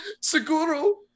Seguro